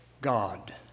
God